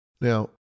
Now